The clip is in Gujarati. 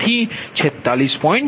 તેથી 46